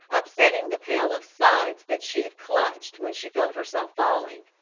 upsetting the pail of suds that she had clutched when she felt herself falling.